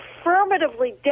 affirmatively